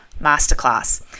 masterclass